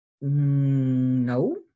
No